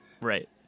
Right